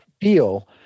feel